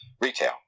retail